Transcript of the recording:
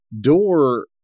door